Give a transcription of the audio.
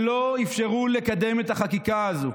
שלא אפשרו לקדם את החקיקה הזו,